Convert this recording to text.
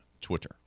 Twitter